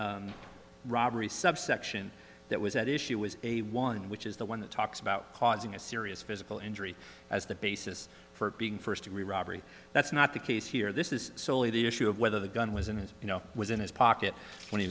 robbery subsection that was at issue was a one which is the one that talks about causing a serious physical injury as the basis for it being first degree robbery that's not the case here this is solely the issue of whether the gun was in his you know was in his pocket when he